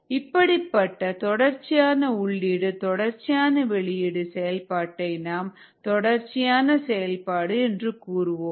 இப்படிப்பட்ட தொடர்ச்சியான உள்ளீடு தொடர்ச்சியான வெளியீடு செயல்பாட்டை நாம் தொடர்ச்சியான செயல்பாடு என்று கூறுவோம்